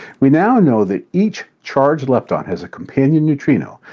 we now know that each charged lepton has a companion neutrino,